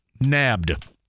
nabbed